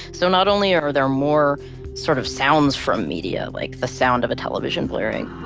so not only are there more sort of sounds from media like the sound of a television blaring,